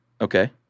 Okay